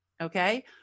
Okay